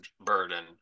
burden